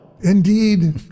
Indeed